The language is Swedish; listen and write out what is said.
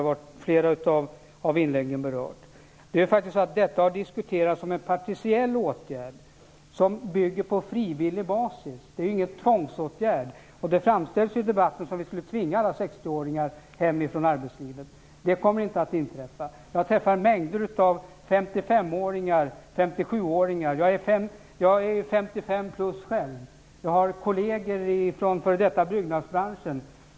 De har berörts i flera av inläggen. Detta har faktiskt diskuterats som en partiell åtgärd. Den bygger på en frivillig basis. Det är ingen tvångsåtgärd. Det framställs ju i debatten som om vi skulle tvinga alla 60 åringar bort från arbetslivet. Det kommer inte att inträffa. Jag träffar mängder av 55-åringar och 57 åringar. Jag är själv 55-plussare. Jag har f.d. kolleger i byggnadsbranschen.